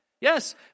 Yes